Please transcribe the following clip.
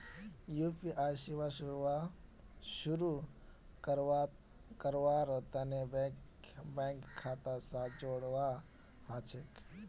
UPI सेवा शुरू करवार तने बैंक खाता स जोड़वा ह छेक